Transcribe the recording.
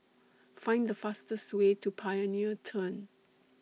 Find The fastest Way to Pioneer Turn